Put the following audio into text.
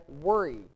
worry